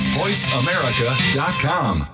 voiceamerica.com